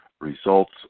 results